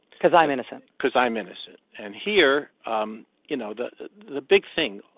cause i'm innocent cause i'm innocent. and here um you know, the the big thing